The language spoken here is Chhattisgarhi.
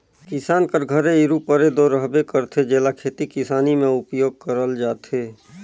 किसान कर घरे इरूपरे दो रहबे करथे, जेला खेती किसानी मे उपियोग करल जाथे